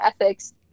ethics